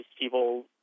people